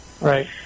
Right